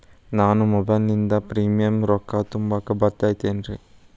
ನಾನು ಮೊಬೈಲಿನಿಂದ್ ಪ್ರೇಮಿಯಂ ರೊಕ್ಕಾ ತುಂಬಾಕ್ ಬರತೈತೇನ್ರೇ?